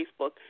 Facebook